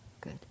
Good